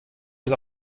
eus